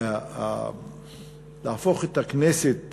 להפוך את הכנסת